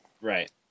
Right